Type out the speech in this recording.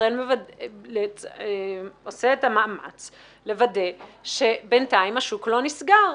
ישראל עושה את המאמץ לוודא שביתיים השוק לא נסגר.